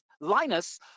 Linus